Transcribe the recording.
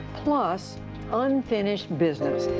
plus unfinished business.